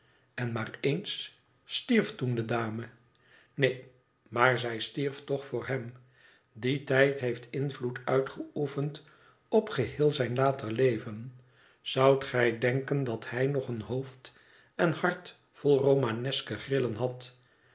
en maar eens stierf toen de dame neen maar zij stierf toch voor hem die tijd heeft invloed uitgeoefend op geheel zijnlater leven zoudt gij denken dat hij nog een hoofd en hart vol romaneske grillen had